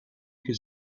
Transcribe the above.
could